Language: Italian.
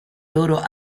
loro